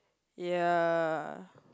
ya